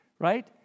right